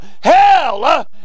Hell